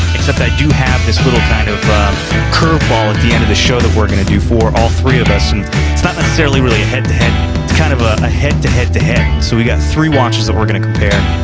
except i do have this little kind of curveball at the end of the show that we're gonna do, for all three of us. and it's not necessarily really a head-to-head, it's kind of ah a head-to-head-to-head. so we got three watches that we're gonna compare.